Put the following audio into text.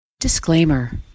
Disclaimer